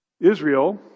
Israel